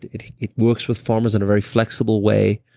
it it works with farmers in a very flexible way,